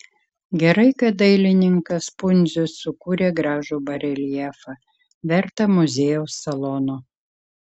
gerai kad dailininkas pundzius sukūrė gražų bareljefą vertą muziejaus salono